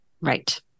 Right